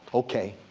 okay.